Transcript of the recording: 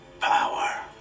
power